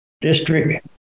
district